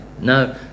No